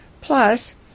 Plus